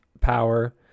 power